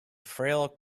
frail